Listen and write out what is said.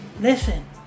Listen